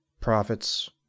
profits